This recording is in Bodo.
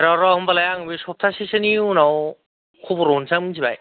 र' र' होनबालाय आं बे सप्ताहसेसोनि उनाव खबर हरनोसै आं मिथिबाय